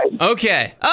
okay